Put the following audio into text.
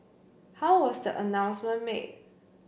how was the announcement made